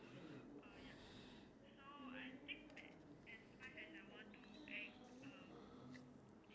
is there other is there any jobs that like your in June like have like your interested in